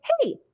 hey